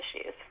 issues